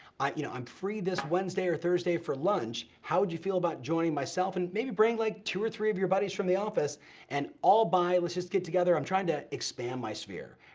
you know i'm free this wednesday or thursday for lunch, how would you feel about joining myself and maybe bringing, like, two or three of your buddies from the office and i'll buy, let's just get together, i'm tryin' to expand my sphere.